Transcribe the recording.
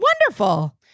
Wonderful